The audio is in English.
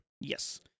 Yes